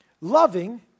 Loving